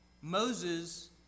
Moses